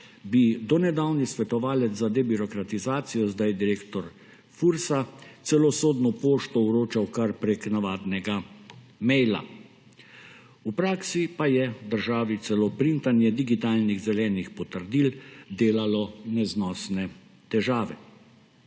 bi do nedavnega svetovalec za debirokratizacijo, zdaj direktor Fursa celo sodno pošto vročal kar prek navadnega maila. V praksi pa je v državi celo printanje digitalnih zelenih potrdil delalo neznosne težave.